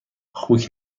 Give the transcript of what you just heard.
خوک